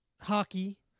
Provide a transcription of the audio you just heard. hockey